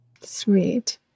sweet